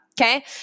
Okay